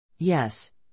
Yes